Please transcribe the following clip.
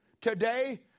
today